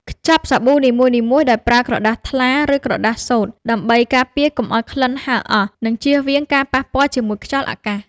ខ្ចប់សាប៊ូនីមួយៗដោយប្រើក្រដាសថ្លា ឬក្រដាសសូត្រ ដើម្បីការពារកុំឱ្យក្លិនហើរអស់ និងជៀសវាងការប៉ះពាល់ជាមួយខ្យល់អាកាស។